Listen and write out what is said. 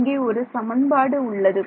இங்கே ஒரு சமன்பாடு உள்ளது